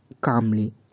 calmly